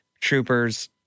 troopers